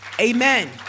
Amen